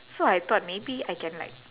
so I thought maybe I can like